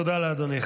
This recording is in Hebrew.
תודה לאדוני.